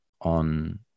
on